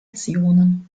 visionen